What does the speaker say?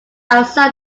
outside